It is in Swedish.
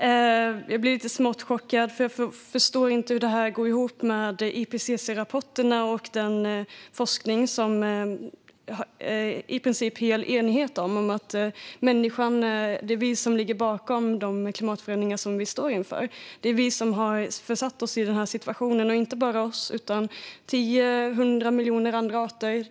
Herr ålderspresident! Jag blir smått chockad, för jag förstår inte hur detta går ihop med IPCC-rapporterna och den forskning som det i princip råder full enighet om: att det är vi människor som ligger bakom de klimatförändringar jorden står inför. Det är vi som har försatt oss i denna situation, och inte bara oss utan miljontals andra arter.